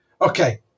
Okay